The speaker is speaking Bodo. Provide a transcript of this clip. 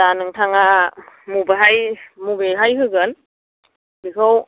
दा नोंथाङा मबेहाय मबेहाय होगोन बेखौ